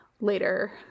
later